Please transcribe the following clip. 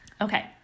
Okay